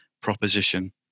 proposition